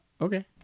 Okay